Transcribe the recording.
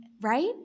Right